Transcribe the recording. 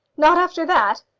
not after that?